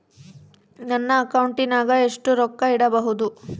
ನನ್ನ ಅಕೌಂಟಿನಾಗ ಎಷ್ಟು ರೊಕ್ಕ ಇಡಬಹುದು?